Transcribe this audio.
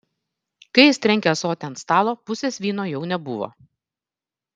kai jis trenkė ąsotį ant stalo pusės vyno jau nebuvo